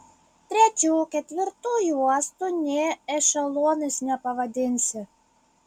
trečių ketvirtų juostų nė ešelonais nepavadinsi